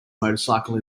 motorcycle